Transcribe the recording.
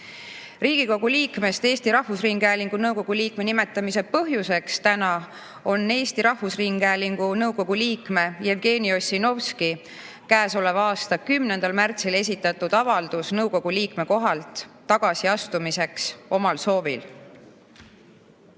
aastat. Riigikogu liikmest Eesti Rahvusringhäälingu nõukogu liikme nimetamise põhjuseks täna on Eesti Rahvusringhäälingu nõukogu liikme Jevgeni Ossinovski käesoleva aasta 10. märtsil esitatud avaldus nõukogu liikme kohalt tagasiastumiseks omal soovil.